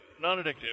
non-addictive